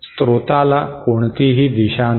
स्त्रोताला कोणतीही दिशा नाही